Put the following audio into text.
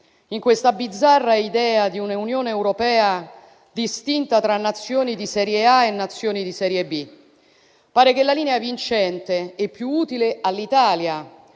in questa bizzarra idea di un'Unione europea distinta tra Nazioni di serie A e Nazioni di serie B. Pare che la linea vincente e più utile all'Italia,